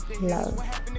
love